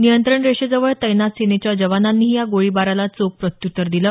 नियंत्रण रेषेजवळ तैनात सेनेच्या जवानांनी या गोळीबाराला चोख प्रत्यूत्तर दिलं